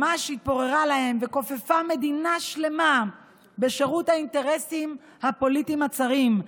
שהתפוררה להם וכופפה מדינה שלמה בשירות האינטרסים הפוליטיים הצרים,